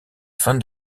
fin